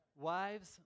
Wives